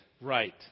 Right